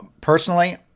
personally